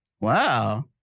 Wow